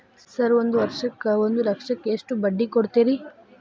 Sir ಒಂದು ವರ್ಷಕ್ಕ ಒಂದು ಲಕ್ಷಕ್ಕ ಎಷ್ಟು ಬಡ್ಡಿ ಕೊಡ್ತೇರಿ?